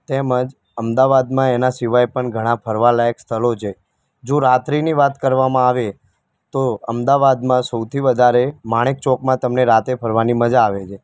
તેમજ અમદાવાદમાં એના સિવાય પણ ઘણાં ફરવાલાયક સ્થળો છે જો રાત્રીની વાત કરવામાં આવે તો અમદાવાદમાં સૌથી વધારે માણેકચોકમાં તમને રાત્રે ફરવાની મજા આવે છે